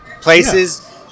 places